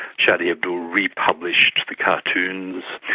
charlie hebdo republished the cartoons.